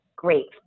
great